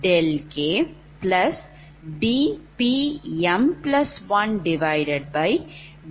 n